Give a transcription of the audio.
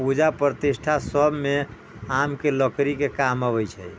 पूजा प्रतिष्ठा सभमे आम के लकड़ी के काम अबै छै